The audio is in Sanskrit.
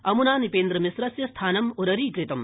अमुना नृपेन्द्रमिश्रस्य स्थानम् उररीकृतम्